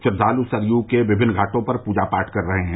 श्रद्वालु सरयू नदी के विभिन्न घाटो पर पूजा पाठ कर रहे हैं